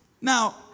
Now